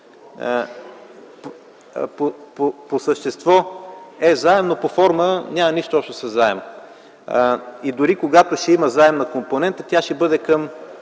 По същество е заем, но по форма няма нищо общо със заема. Дори когато ще има заемна компонента, тя ще бъде към